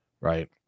right